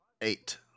Eight